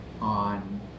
on